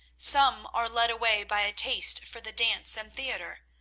some are led away by a taste for the dance and theatre,